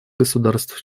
государств